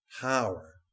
power